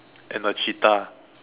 and a cheetah